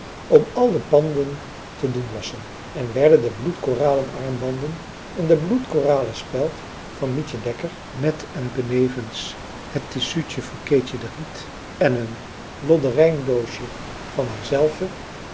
om al de panden te doen lossen en werden de bloedkoralen armbanden en de bloedkoralen speld van mietje dekker met en benevens het tissuutje van keetje de riet en een lodereindoosje van haarzelve